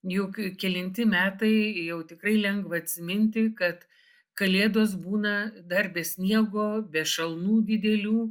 jau kelinti metai jau tikrai lengva atsiminti kad kalėdos būna dar be sniego be šalnų didelių